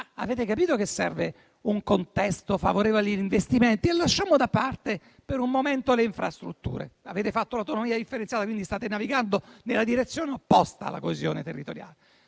ma avete capito che serve un contesto favorevole agli investimenti? Lasciamo da parte, per un momento, le infrastrutture. Avete fatto l'autonomia differenziata, quindi state navigando nella direzione opposta alla coesione territoriale.